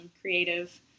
creative